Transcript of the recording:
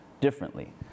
differently